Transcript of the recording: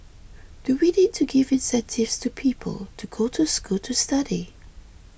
do we need to give incentives to people to go to school to study